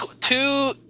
two